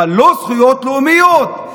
אבל לא זכויות לאומיות?